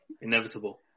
Inevitable